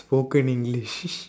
spoken English